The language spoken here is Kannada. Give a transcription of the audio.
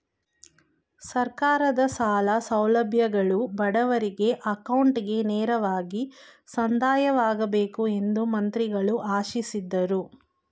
ಸರ್ಕಾರದ ಸಾಲ ಸೌಲಭ್ಯಗಳು ಬಡವರಿಗೆ ಅಕೌಂಟ್ಗೆ ನೇರವಾಗಿ ಸಂದಾಯವಾಗಬೇಕು ಎಂದು ಮಂತ್ರಿಗಳು ಆಶಿಸಿದರು